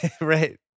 Right